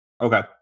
Okay